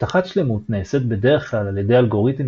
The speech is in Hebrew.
הבטחת שלמות נעשית בדרך כלל על ידי אלגוריתם